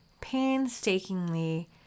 painstakingly